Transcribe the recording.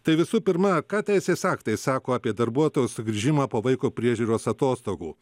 tai visų pirma ką teisės aktai sako apie darbuotojo sugrįžimą po vaiko priežiūros atostogų